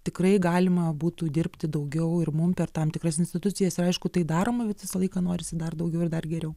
tikrai galima būtų dirbti daugiau ir mum per tam tikras institucijas ir aišku tai daroma bet visą laiką norisi dar daugiau ir dar geriau